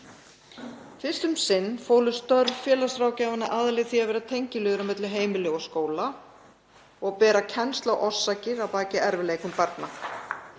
Fyrst um sinn fólust störf félagsráðgjafanna aðallega í því að vera tengiliður milli heimila og skóla og bera kennsl á orsakir að baki erfiðleikum barna.